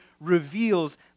reveals